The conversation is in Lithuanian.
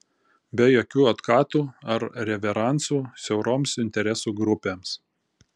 be jokių otkatų ar reveransų siauroms interesų grupėms